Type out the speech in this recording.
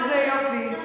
איזה יופי.